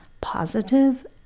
Positive